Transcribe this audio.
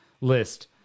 list